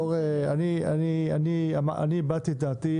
אני הבעתי את דעתי,